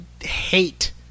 hate